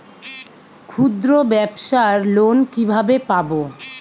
ক্ষুদ্রব্যাবসার লোন কিভাবে পাব?